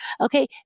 Okay